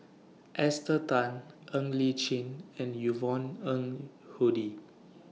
Esther Tan Ng Li Chin and Yvonne Ng Uhde